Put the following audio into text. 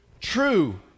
true